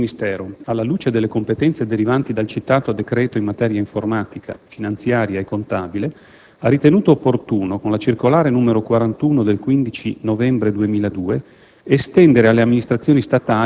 Conseguentemente, questo Ministero, alla luce delle competenze derivanti dal citato decreto in materia informatica, finanziaria e contabile, ha ritenuto opportuno, con la circolare n. 41 del 15 novembre 2002,